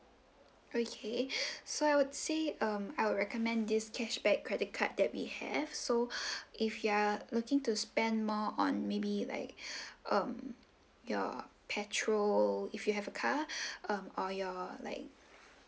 okay so I would say um I would recommend this cashback credit card that we have so if you are looking to spend more on maybe like um your petrol if you have a car um or your like